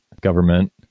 government